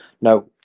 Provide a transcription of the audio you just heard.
no